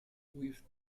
with